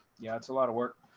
yeah, it's a lot of work.